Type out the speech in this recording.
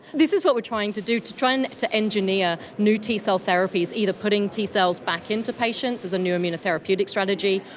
this is what we are trying to do, to try and engineer new t cell therapies, either putting t cells back into patients as a new immunotherapeutic strategy,